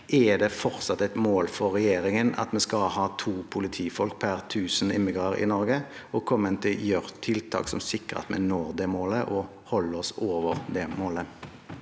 er det fortsatt et mål for regjeringen at vi skal ha 2 politifolk per 1 000 innbyggere i Norge? Kommer man til å gjøre tiltak som sikrer at vi når det målet og holder oss over det?